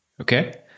Okay